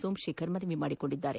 ಸೋಮಶೇಖರ್ ಮನವಿ ಮಾಡಿದ್ದಾರೆ